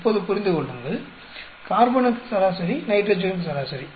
இப்போது புரிந்து கொள்ளுங்கள் கார்பனுக்கு சராசரி நைட்ரஜனுக்கு சராசரி